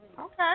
Okay